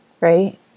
right